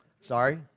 Sorry